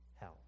Hell